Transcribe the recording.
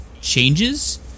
changes